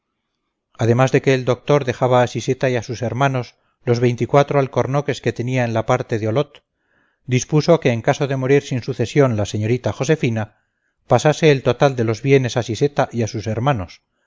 además de que el doctor dejaba a siseta y a sus hermanos los veinticuatro alcornoques que tenía en la parte de olot dispuso que en caso de morir sin sucesión la señorita josefina pasase el total de los bienes a siseta y a sus hermanos